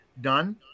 done